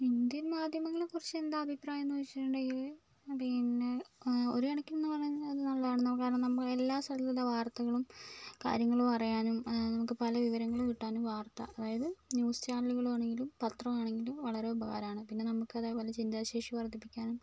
Indian മാധ്യമങ്ങളെ കുറിച്ച് എന്താ അഭിപ്രായംന്ന് വെച്ചിട്ടുണ്ടെങ്കിൽ പിന്നെ ഒരു കണക്കിനെന്നു പറഞ്ഞാൽ അത് നല്ലതാണ് നമ്മൾ കാരണം നമ്മൾ എല്ലാ സ്ഥലത്തിലെ വാർത്തകളും കാര്യങ്ങളും അറിയാനും നമുക്ക് പല വിവരങ്ങൾ കിട്ടാനും വാർത്ത അതായത് ന്യൂസ് ചാനലുകളാണെങ്കിലും പത്രം ആണെങ്കിലും വളരെ ഉപകാരമാണ് പിന്നെ നമുക്ക് അതേ പോലെ ചിന്താശേഷി വർധിപ്പിക്കാനും